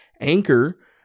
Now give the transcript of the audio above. anchor